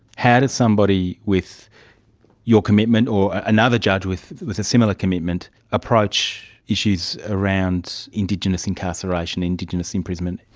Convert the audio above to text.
how does somebody with your commitment, or another judge with with a similar commitment, approach issues around indigenous incarceration, indigenous imprisonment?